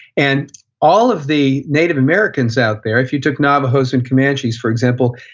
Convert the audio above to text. and all of the native americans out there, if you took navajos and comanches, for example,